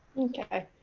okay.